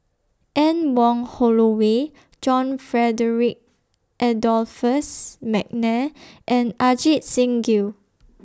Anne Wong Holloway John Frederick Adolphus Mcnair and Ajit Singh Gill